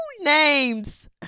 names